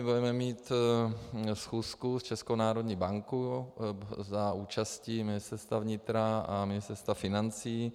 Budeme mít schůzku s Českou národní bankou za účasti Ministerstva vnitra a Ministerstva financí.